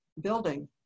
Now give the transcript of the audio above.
building